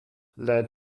led